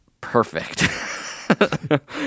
perfect